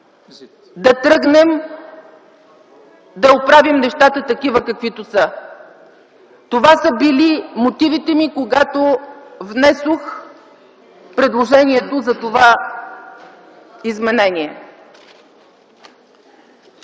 да тръгнем и да оправим нещата такива, каквито са. Това са били мотивите ми, когато внесох предложението за това изменение.